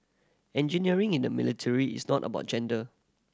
engineering in the military is not about gender